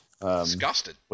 Disgusted